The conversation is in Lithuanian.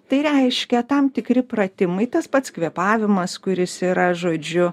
tai reiškia tam tikri pratimai tas pats kvėpavimas kuris yra žodžiu